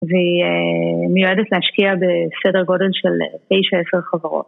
ומיועדת להשקיע בסדר גודל של 9-10 חברות.